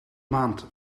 maand